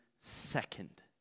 second